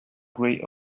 gray